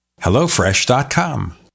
HelloFresh.com